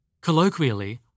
Colloquially